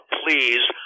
please